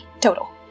total